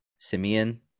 Simeon